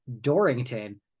Dorrington